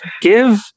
give